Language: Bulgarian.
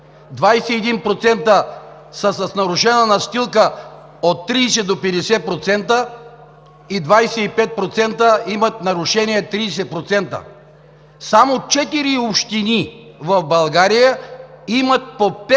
21% са с нарушена настилка от 30 до 50%, и 25% имат нарушение от 30%. Само четири общини в България имат по пет